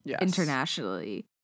internationally